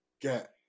get